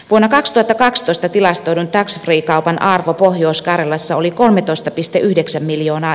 punakasta vastusta tilastoidun taxrikaupan arvo pohjois karjalassa oli kolmetoista piste yhdeksän miljoona